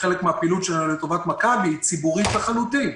וחלק מהפעילות שלנו לטובת מכבי היא ציבורית לחלוטין.